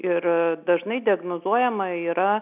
ir dažnai diagnozuojama yra